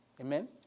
Amen